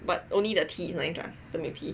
but only the tea is nice lah the milk tea